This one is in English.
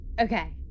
Okay